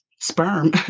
sperm